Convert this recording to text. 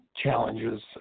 challenges